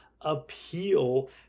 appeal